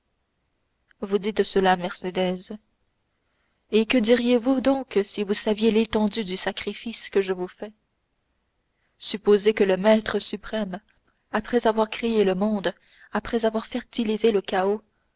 vous dites cela mercédès et que diriez-vous donc si vous saviez l'étendue du sacrifice que je vous fais supposez que le maître suprême après avoir créé le monde après avoir fertilisé le chaos